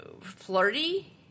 flirty